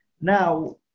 Now